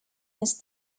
his